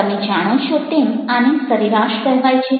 તમે જાણો છો તેમ આને સરેરાશ કહેવાય છે